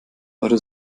eure